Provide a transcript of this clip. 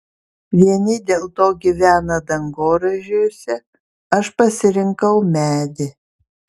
vieni dėl to gyvena dangoraižiuose aš pasirinkau medį